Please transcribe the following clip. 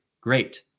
Great